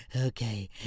okay